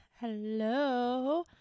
hello